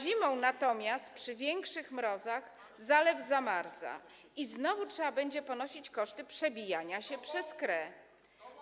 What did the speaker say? zimą natomiast przy większych mrozach zalew zamarza i znowu trzeba będzie ponosić koszty przebijania się przez krę.